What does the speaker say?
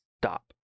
stop